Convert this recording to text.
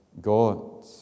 God